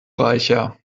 reicher